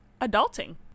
Adulting